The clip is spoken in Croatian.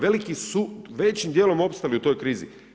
Veliki su većim dijelom opstali u toj krizi.